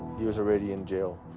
he was already in jail.